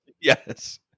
Yes